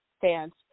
fans